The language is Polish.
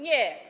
Nie.